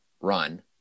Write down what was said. run